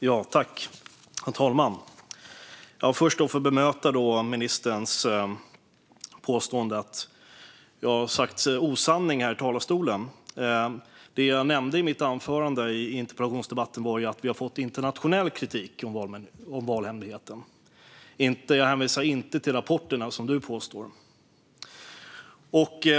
Herr talman! Jag vill börja med att bemöta ministerns påstående att jag har sagt osanningar här i talarstolen. Det jag nämnde i mitt anförande i interpellationsdebatten var att vi har fått internationell kritik när det gäller valhemligheten. Jag hänvisade inte till rapporterna, som du, Morgan Johansson, påstår.